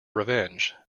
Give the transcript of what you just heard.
revenge